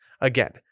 Again